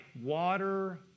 water